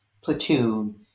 platoon